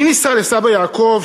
היא נישאה לסבא יעקב,